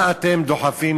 מה אתם דוחפים,